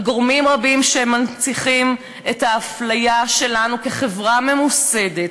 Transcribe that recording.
על גורמים רבים שמנציחים את האפליה שלנו כחברה ממוסדת,